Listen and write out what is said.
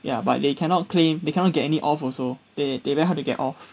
ya but they cannot claim they cannot get any off also they they very hard to get off